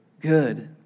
good